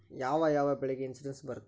ಯಾವ ಯಾವ ಬೆಳೆಗೆ ಇನ್ಸುರೆನ್ಸ್ ಬರುತ್ತೆ?